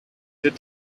did